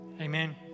Amen